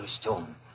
stone